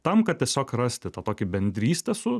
tam kad tiesiog rasti tą tokį bendrystę su